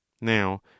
now